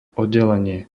oddelenie